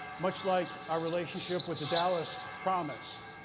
much like our relationship with the dallas promise.